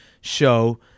show